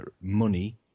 money